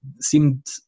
seemed